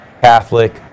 Catholic